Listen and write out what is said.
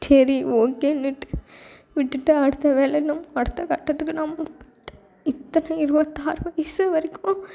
சரி ஓகேனுட்டு விட்டுட்டு அடுத்த வேலை நான் அடுத்த கட்டத்துக்கு நான் போய்ட்டேன் இத்தனையும் இருபத்தாறு வயசு வரைக்கும்